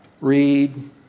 read